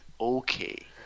okay